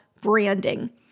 branding